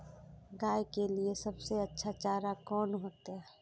गाय के लिए सबसे अच्छा चारा कौन होते?